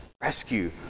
rescue